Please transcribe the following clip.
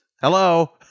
Hello